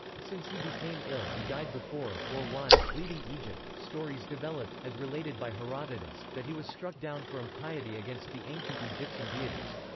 since he became ill and died before, or while, leaving egypt, stories developed, as related by herodotus, that he was struck down for impiety against the ancient egyptian deities.